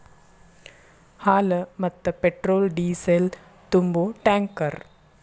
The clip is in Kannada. ಹಾಲ, ಮತ್ತ ಪೆಟ್ರೋಲ್ ಡಿಸೇಲ್ ತುಂಬು ಟ್ಯಾಂಕರ್